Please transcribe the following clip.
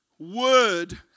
Word